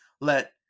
let